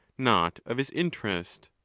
not of his interest.